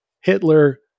Hitler